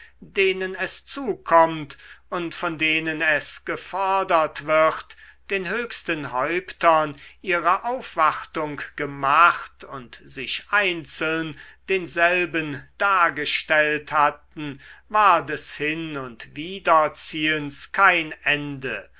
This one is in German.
denen es zukommt und von denen es gefordert wird den höchsten häuptern ihre aufwartung gemacht und sich einzeln denselben dargestellt hatten war des hin und widerziehens kein ende